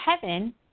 heaven